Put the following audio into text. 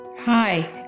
Hi